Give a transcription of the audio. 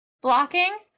blocking